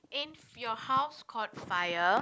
if your house caught fire